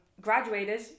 graduated